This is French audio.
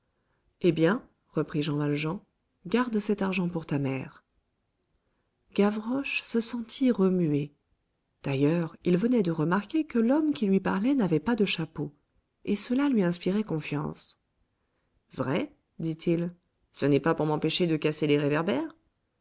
eh bien reprit jean valjean garde cet argent pour ta mère gavroche se sentit remué d'ailleurs il venait de remarquer que l'homme qui lui parlait n'avait pas de chapeau et cela lui inspirait confiance vrai dit-il ce n'est pas pour m'empêcher de casser les réverbères